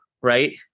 right